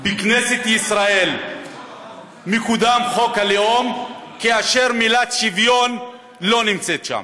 בכנסת ישראל מקודם חוק הלאום כאשר המילה "שוויון" לא נמצאת שם.